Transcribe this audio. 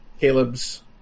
Caleb's